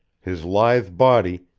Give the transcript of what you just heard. his lithe body,